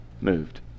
moved